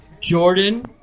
Jordan